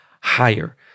higher